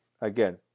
Again